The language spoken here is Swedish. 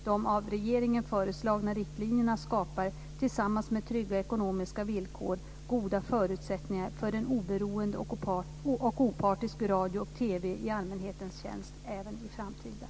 De av regeringen föreslagna riktlinjerna skapar, tillsammans med trygga ekonomiska villkor, goda förutsättningar för en oberoende och opartisk radio och TV i allmänhetens tjänst även i framtiden.